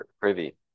privy